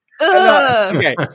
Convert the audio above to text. Okay